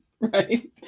right